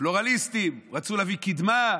פלורליסטים, רצו להביא קדמה,